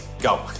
go